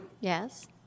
Yes